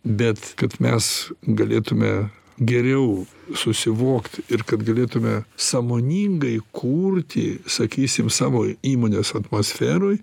bet kad mes galėtume geriau susivokti ir kad galėtume sąmoningai kurti sakysim savo įmonės atmosferoj